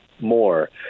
More